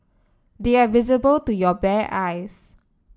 they are visible to your bare eyes